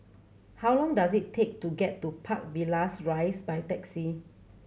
how long does it take to get to Park Villas Rise by taxi